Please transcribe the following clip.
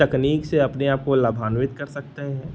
तकनीक से अपने आपको लाभान्वित कर सकते हैं